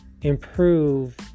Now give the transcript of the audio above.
improve